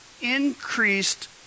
Increased